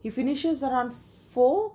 he finishes around four